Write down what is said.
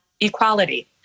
equality